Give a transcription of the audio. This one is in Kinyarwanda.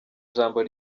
jambo